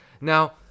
Now